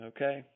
Okay